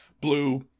Blue